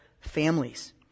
families